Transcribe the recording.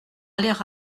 aller